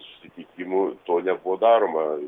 susitikimų to nebuvo daroma